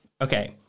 Okay